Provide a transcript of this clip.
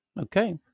Okay